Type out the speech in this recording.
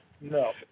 No